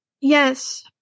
Yes